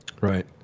Right